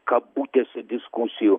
kabutėse diskusijų